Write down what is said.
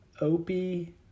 opie